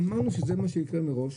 אמרנו שזה מה שיקרה מראש.